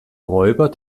räuber